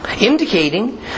indicating